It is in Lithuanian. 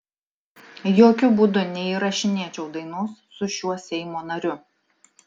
jokiu būdu neįrašinėčiau dainos su šiuo seimo nariu